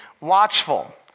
watchful